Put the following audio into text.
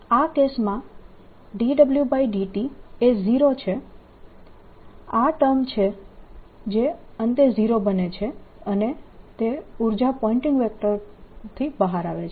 આ કેસમાં dWdt એ 0 છે આ ટર્મ છે જે અંતે 0 બને છે અને તે ઉર્જા પોઈન્ટીંગ વેક્ટર બહાર આવે છે